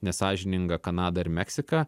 nesąžiningą kanadą ir meksiką